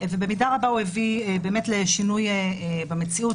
ובמידה רבה הוא הביא לשינוי במציאות.